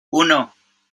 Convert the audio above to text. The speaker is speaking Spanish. uno